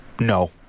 No